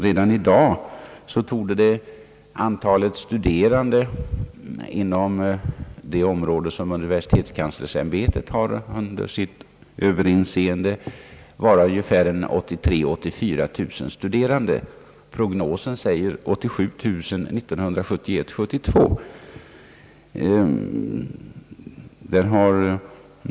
Redan i dag torde antalet studerande inom det område som universitetskanslersämbetet har under sitt överinseende vara ungefär 83 000 å 84000. Prognosen säger 87000 för 1971—1972.